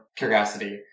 curiosity